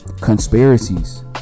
Conspiracies